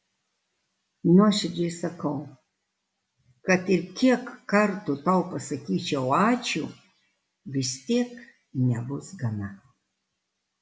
nuoširdžiai sakau kad ir kiek kartų tau pasakyčiau ačiū vis tiek nebus gana